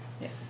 Yes